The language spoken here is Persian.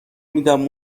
میدم